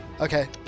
Okay